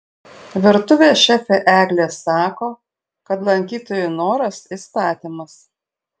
virtuvės šefė eglė sako kad lankytojų noras įstatymas